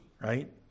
right